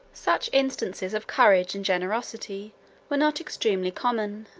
such instances of courage and generosity were not extremely common.